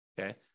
Okay